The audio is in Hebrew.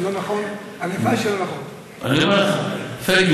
זה לא נכון, ההנחה היא